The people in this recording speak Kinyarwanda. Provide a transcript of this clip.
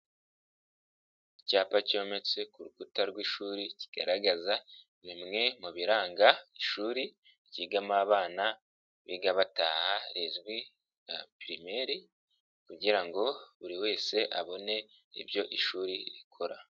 Icyapa cyometse ku rukuta rw'ishuri kigaragaza bimwe mu biranga ishuri ryigamo abana biga bataha rizwi nka pirimeri kugira ngo buri wese abone ibyo ishuri rikora.